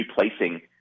replacing